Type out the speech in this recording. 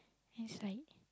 it's like